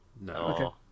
No